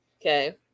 okay